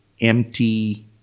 empty